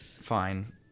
fine